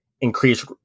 increase